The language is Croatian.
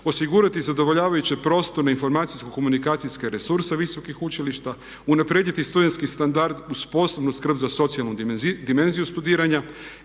Osigurati zadovoljavajuće prostorne, informacijsko komunikacijske resurse visokih učilišta. Unaprijediti studentski standard uz posebnu skrb za socijalnu dimenziju studiranja.